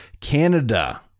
Canada